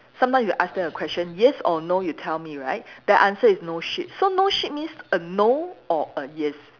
sometimes you ask them a question yes or no you tell me right their answer is no shit so no shit means a no or a yes